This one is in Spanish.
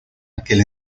aquel